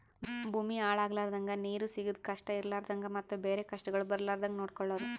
ಭೂಮಿ ಹಾಳ ಆಲರ್ದಂಗ, ನೀರು ಸಿಗದ್ ಕಷ್ಟ ಇರಲಾರದಂಗ ಮತ್ತ ಬೇರೆ ಕಷ್ಟಗೊಳ್ ಬರ್ಲಾರ್ದಂಗ್ ನೊಡ್ಕೊಳದ್